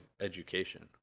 education